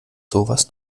sowas